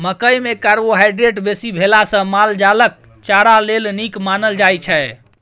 मकइ मे कार्बोहाइड्रेट बेसी भेला सँ माल जालक चारा लेल नीक मानल जाइ छै